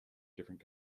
different